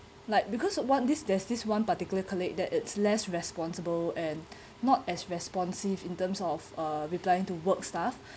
like because of what this there's this one particular colleague that it's less responsible and not as responsive in terms of uh replying to works stuff